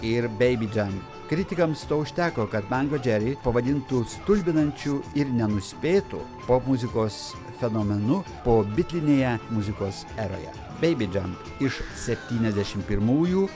ir baby džan kritikams to užteko kad mango džeri pavadintų stulbinančiu ir nenuspėtu popmuzikos fenomenu o bitrinėje muzikos eroje baby džan iš setyniasdešim pirmųjų